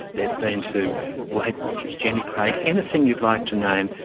they've been to weight watchers, jenny craig, anything you'd like to name,